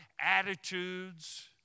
attitudes